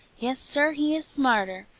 yes, sir, he is smarter!